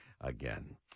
again